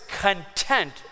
content